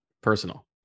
personal